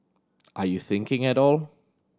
are you thinking at all